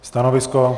Stanovisko?